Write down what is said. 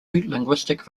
linguistic